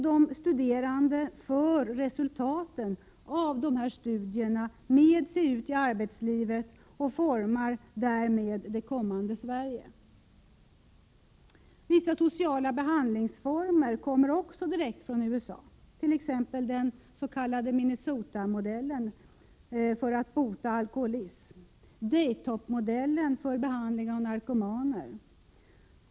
De studerande för resultaten av dessa studier med sig ut i arbetslivet och formar därmed det kommande Sverige. Vissa sociala behandlingsformer kommer också direkt från USA, t.ex. dens.k. Minnesota-modellen för att bota alkoholism och Day-Top-modellen för behandling av narkomaner.